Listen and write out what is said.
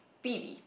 B_B